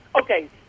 Okay